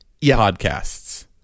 podcasts